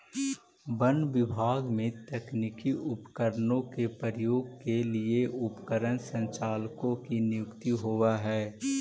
वन विभाग में तकनीकी उपकरणों के प्रयोग के लिए उपकरण संचालकों की नियुक्ति होवअ हई